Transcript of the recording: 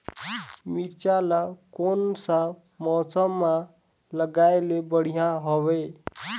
मिरचा ला कोन सा मौसम मां लगाय ले बढ़िया हवे